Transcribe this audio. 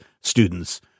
students